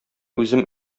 үзем